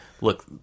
look